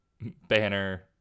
Banner